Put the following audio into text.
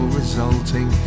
resulting